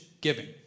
giving